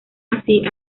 así